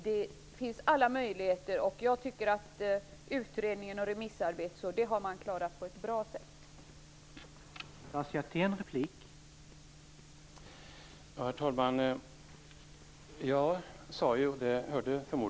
Det finns alla möjligheter, och jag tycker att detta har klarats av på ett bra sätt i och med utredningen och remissarbetet.